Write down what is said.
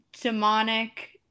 demonic